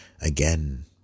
again